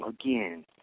again